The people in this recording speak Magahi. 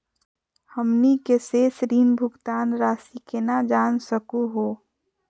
हमनी के शेष ऋण भुगतान रासी केना जान सकू हो?